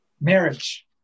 marriage